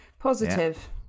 Positive